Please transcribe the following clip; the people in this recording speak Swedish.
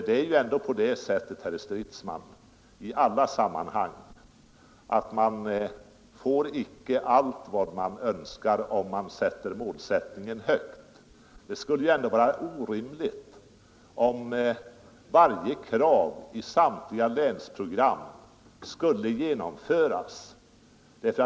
Det är ju ändå på det sättet, herr Stridsman, i alla sammanhang att man icke får allt vad man önskar om man sätter målet högt. Det skulle vara orimligt om varje krav i .